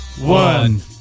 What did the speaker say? one